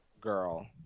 girl